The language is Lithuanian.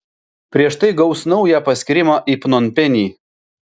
prieš tai gaus naują paskyrimą į pnompenį